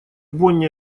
бонне